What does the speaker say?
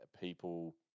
People